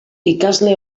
ikasle